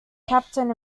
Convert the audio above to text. captain